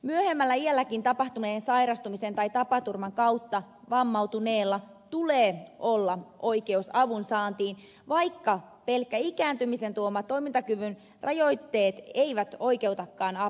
myöhemmällä iälläkin tapahtuneen sairastumisen tai tapaturman kautta vammautuneella tulee olla oikeus avun saantiin vaikka pelkät ikääntymisen tuomat toimintakyvyn rajoitteet eivät oikeutakaan apuun